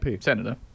senator